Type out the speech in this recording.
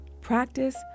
practice